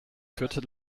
fürth